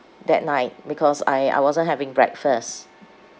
that night because I I wasn't having breakfast